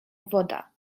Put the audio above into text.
woda